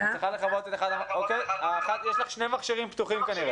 אני רוצה להתייחס לכמה דברים שהם אמרו.